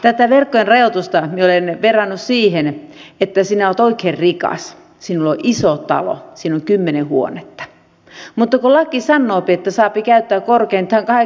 tätä verkkojen rajoitusta minä olen verrannut siihen että sinä olet oikein rikas sinulla on iso talo siinä on kymmenen huonetta mutta laki sanoo että saapi käyttää korkeintaan kahdeksaa huonetta niin että et sinä käytä kuin kahdeksaa huonetta